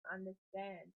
understand